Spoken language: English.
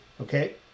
Okay